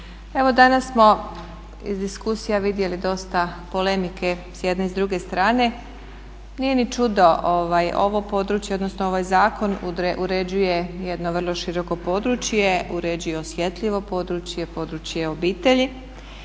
Evo danas smo iz diskusija vidjeli dosta polemike s jedne i druge strane. Nije ni čudo, ovo područje, odnosno ovaj zakon uređuje jedno vrlo široko područje, uređuje osjetljivo područje, područje obitelji.